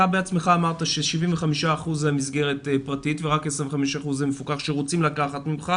אתה בעצמך אמרת ש-75% זה מסגרות פרטיות ורק 25% מפוקח שרוצים לקחת ממך,